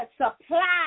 supply